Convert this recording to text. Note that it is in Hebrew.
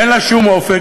אין לה שום אופק,